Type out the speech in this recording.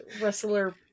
wrestler